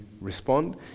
respond